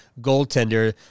goaltender